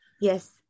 Yes